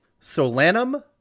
solanum